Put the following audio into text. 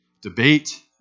debate